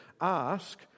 ask